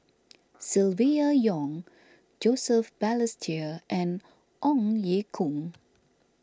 Silvia Yong Joseph Balestier and Ong Ye Kung